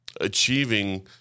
achieving